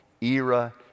era